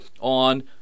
on